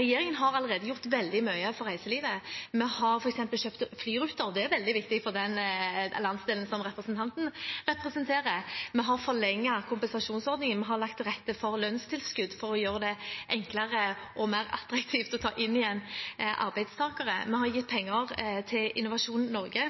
Regjeringen har allerede gjort veldig mye for reiselivet. Vi har f.eks. kjøpt opp flyruter – og det er veldig viktig for den landsdelen som representanten representerer. Vi har forlenget kompensasjonsordningen. Vi har lagt til rette for lønnstilskudd for å gjøre det enklere og mer attraktivt å ta inn igjen arbeidstakere. Vi har gitt penger til Innovasjon Norge.